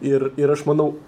ir ir aš manau